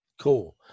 Cool